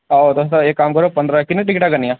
आहो तुस इक्क कम्म करेओ किन्नियां टिकटां लैनियां